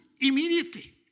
immediately